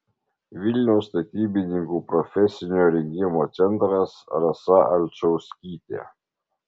vilniaus statybininkų profesinio rengimo centras rasa alčauskytė